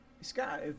Scott